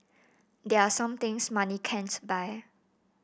there are some things money can't buy